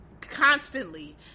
constantly